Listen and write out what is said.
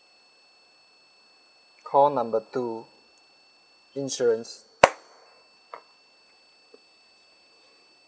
call number two insurance